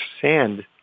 sand